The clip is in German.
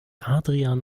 adrian